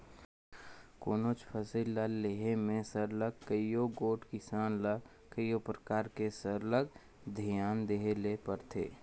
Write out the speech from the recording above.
कोनोच फसिल ल लेहे में सरलग कइयो गोट किसान ल कइयो परकार ले सरलग धियान देहे ले परथे